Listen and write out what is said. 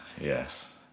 Yes